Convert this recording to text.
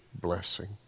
blessing